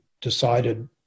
decided